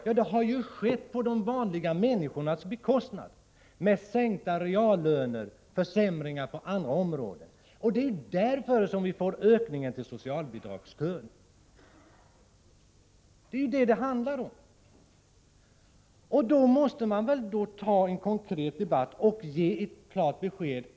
Jo, på de vanliga människornas. De har drabbats av sänkta reallöner och försämringar på andra områden. Det är därför som socialbidragskön växer. Det är detta som det handlar om. Då måste man föra en konkret debatt och ge ett klart besked.